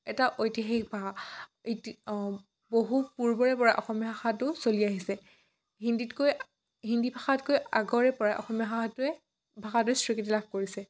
এটা ঐতিহাসিক ভাষা বহু পূৰ্বৰে পৰা অসমীয়া ভাষাটো চলি আহিছে হিন্দীতকৈ হিন্দী ভাষাতকৈ আগৰে পৰা অসমীয়া ভাষাটোৱে ভাষাটো স্বীকৃতি লাভ কৰিছে